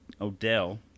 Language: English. Odell